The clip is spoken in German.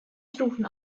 stufen